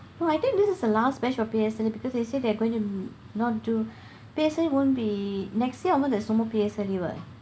no I think this is the last batch of P_S_L_E because they say they are going to not do P_S_L_E won't be next year onwards there's no more P_S_L_E [what]